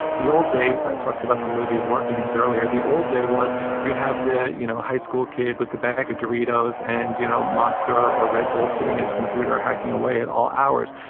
the old days. i talked about the movie war games earlier. the old day was you'd have the you know high school kid with the bag of doritos and you know monster or red bull, sitting at his computer, hacking away at all hours.